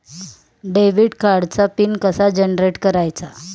Debit कार्डचा PIN कसा generate करायचा?